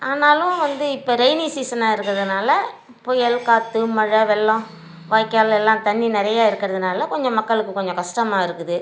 ஆனாலும் வந்து இப்போ ரெய்னி சீசனாக இருக்கிறதுனால புயல் காற்று மழை வெள்ளம் வாய்க்கால் எல்லாம் தண்ணி நிறையா இருக்கிறதுனால கொஞ்சம் மக்களுக்கு கொஞ்சம் கஷ்டமா இருக்குது